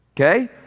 okay